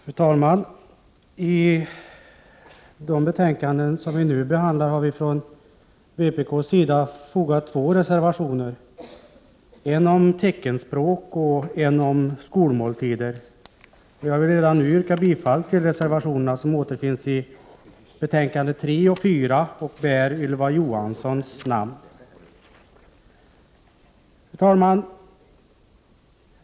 Fru talman! Till de betänkanden vi nu behandlar har vi från vpk:s sida fogat två reservationer, en om teckenspråksundervisning och en om skolmåltider. Jag vill redan nu yrka bifall till reservationerna, som återfinns i betänkandena 3 och 4 och bär Ylva Johanssons namn. Fru talman!